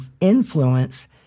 influence